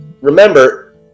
remember